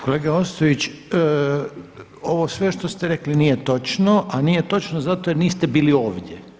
Kolega Ostojić ovo sve što ste rekli nije točno, a nije točno zato jer niste bili ovdje.